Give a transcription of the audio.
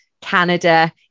Canada